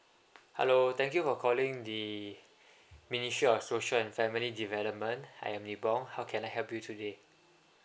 hello thank you for calling the ministry of social and family development I am nibong how can I help you today